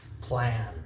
plan